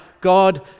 God